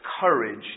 courage